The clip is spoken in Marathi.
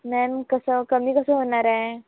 मॅम कसं कमी कसं होणार आहे